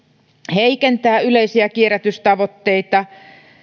heikentää yleisiä kierrätystavoitteita